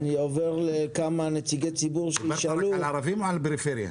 דיברת רק על ערבים או על פריפריה?